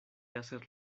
hacer